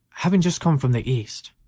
having just come from the east,